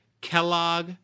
Kellogg